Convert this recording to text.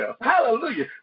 Hallelujah